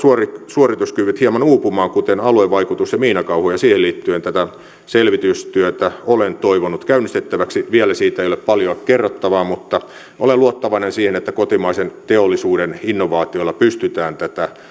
suorituskyvyt hieman uupumaan kuten aluevaikutus ja miinakauhu ja siihen liittyen tätä selvitystyötä olen toivonut käynnistettäväksi vielä siitä ei ole paljoa kerrottavaa mutta olen luottavainen siihen että kotimaisen teollisuuden innovaatioilla pystytään tätä